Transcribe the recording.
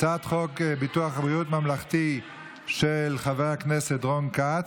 הצעת חוק ביטוח בריאות ממלכתי של חבר הכנסת רון כץ,